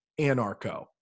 anarcho